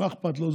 מה אכפת לו?